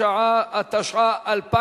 עלו